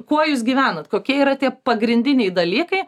kuo jūs gyvenat kokie yra tie pagrindiniai dalykai